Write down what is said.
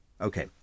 Okay